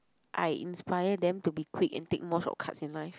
I inspire them to be quick and take more shortcuts in life